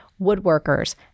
woodworkers